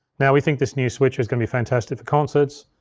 now we think this new switcher's gonna be fantastic for concerts,